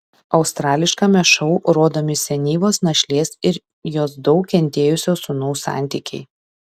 australiškame šou rodomi senyvos našlės ir jos daug kentėjusio sūnaus santykiai